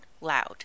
loud